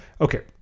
okay